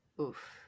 oof